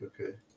okay